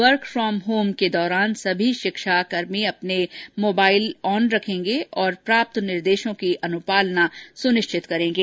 work from home के दौरान सभी शिक्षाकर्मी अपना मोबाइल ऑन रखेंगे और प्राप्त निर्देशों की अनुपालना सुनिश्चित करेंगे